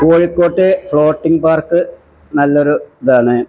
Kozhikode floating park നല്ല ഒരു ഇതാണ്